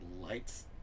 lights